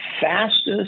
fastest